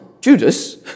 Judas